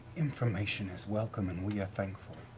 information is welcome and we are thankful.